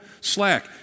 slack